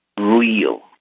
real